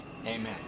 Amen